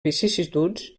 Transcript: vicissituds